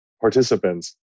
participants